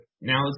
now